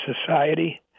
society